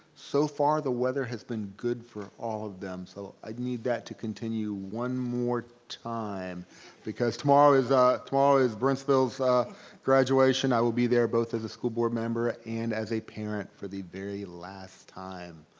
so far the weather has been good for all of them. so i need that to continue one more time because tomorrow is ah tomorrow is brentsville's graduation. i will be there both as a school board member and as a parent for the very last time.